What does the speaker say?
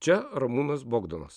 čia ramūnas bogdanas